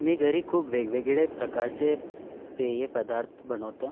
मी घरी खूप वेगवेगळे प्रकारचे पेय पदार्थ बणवतो